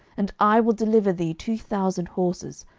and i will deliver thee two thousand horses,